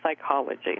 psychology